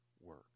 work